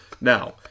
Now